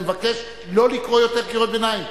ואני מבקש לא לקרוא יותר קריאות ביניים.